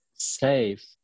Safe